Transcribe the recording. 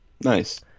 Nice